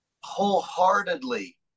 wholeheartedly